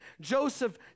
Joseph